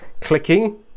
clicking